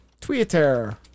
Twitter